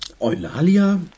Eulalia